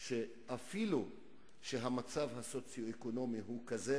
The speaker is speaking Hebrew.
שאפילו שהמצב הסוציו-אקונומי הוא כזה,